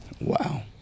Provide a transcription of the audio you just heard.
Wow